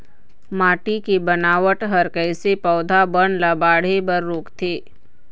माटी के बनावट हर कइसे पौधा बन ला बाढ़े बर रोकथे?